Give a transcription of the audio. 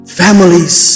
families